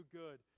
good